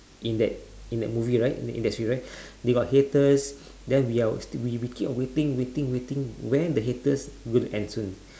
in that in that movie right in that industry right they got haters then we are all still waiting waiting waiting when the haters will end soon